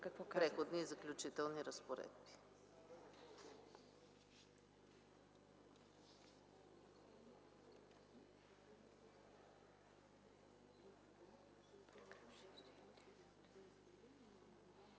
Преходните и заключителните разпоредби